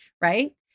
right